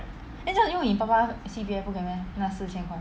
then 这样用你爸爸 C_P_F 不可以 meh 那四千块